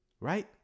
Right